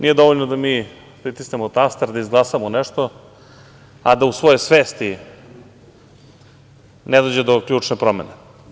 Nije dovoljno da mi pritisnemo taster, da izglasamo nešto, a da u svojoj svesti ne dođe do ključne promene.